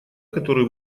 который